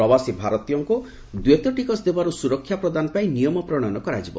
ପ୍ରବାସୀ ଭାରତୀମାନଙ୍କୁ ଦ୍ୱୈତ ଟିକସ ଦେବାର ସୁରକ୍ଷା ପ୍ରଦାନପାଇଁ ନିୟମ ପ୍ରଣୟନ କରାଯିବ